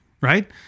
right